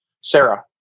Sarah